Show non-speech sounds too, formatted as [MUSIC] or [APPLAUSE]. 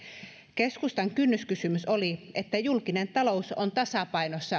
keskustan kynnyskysymys oli että julkinen talous on tasapainossa [UNINTELLIGIBLE]